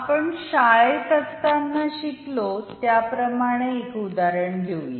आपण शाळेत असताना शिकलो त्याप्रमाणे एक उदाहरण घेऊया